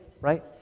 right